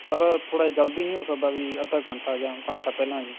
sir ਥੋੜ੍ਹਾ ਜਲਦੀ ਨਹੀਂ ਹੋ ਸਕਦਾ ਵੀ ਅੱਧਾ ਘੰਟਾ ਜਾਂ ਘੰਟਾ ਪਹਿਲਾਂ ਆ ਜਾਉ